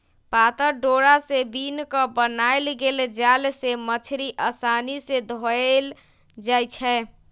पातर डोरा से बिन क बनाएल गेल जाल से मछड़ी असानी से धएल जाइ छै